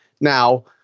Now